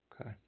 Okay